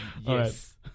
Yes